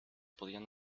podían